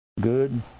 Good